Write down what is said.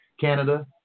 canada